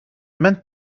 meant